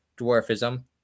dwarfism